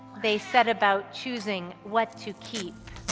they set about choose ing what to keep,